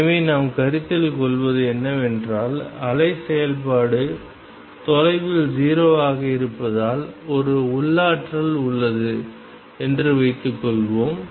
எனவே நாம் கருத்தில் கொள்வது என்னவென்றால் அலை செயல்பாடு தொலைவில் 0 ஆக இருப்பதால் ஒரு உள்ளாற்றல் உள்ளது என்று வைத்துக்கொள்வோம்